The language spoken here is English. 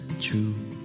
true